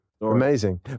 amazing